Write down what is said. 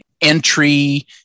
entry